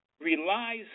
relies